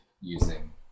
using